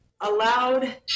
allowed